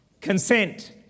Consent